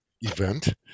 event